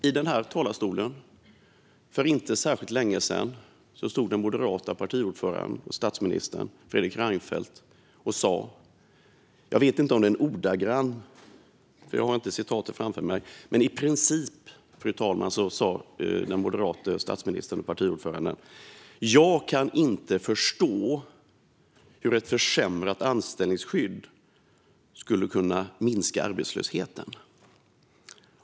I denna talarstol för inte särskilt länge sedan sa den moderata partiordföranden och statsministern Fredrik Reinfeldt i princip att han inte förstod hur ett försämrat anställningsskydd skulle kunna minska arbetslösheten.